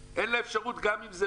אין לה אפשרות גם אם ההבדל במחיר הוא